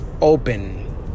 open